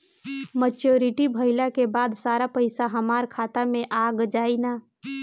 Maturity भईला के बाद सारा पईसा हमार खाता मे आ जाई न?